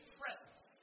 presence